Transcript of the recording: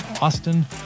Austin